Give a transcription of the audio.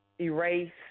erase